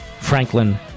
Franklin